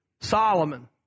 Solomon